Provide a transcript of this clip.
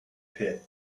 pit